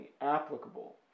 applicable